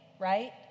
Right